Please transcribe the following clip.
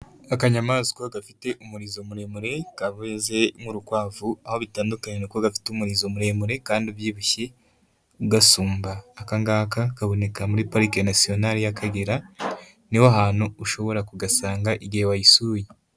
Akanyamaswa gafite umurizo muremure kameze nk'urukwavu, aho bitandu ni uko gafite umurizo muremure kandi ubyibushye ugasumba, aka ngaka kaboneka muri parike nasiyonari y'Akagera, ni ho hantu ushobora kugasanga igihe wayisuye.